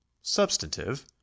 Substantive